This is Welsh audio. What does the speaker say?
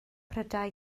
prydau